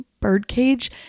birdcage